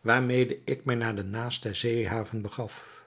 waarmede ik mij naar de naaste zeehaven begaf